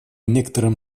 некоторым